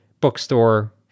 bookstore